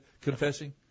confessing